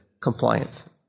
compliance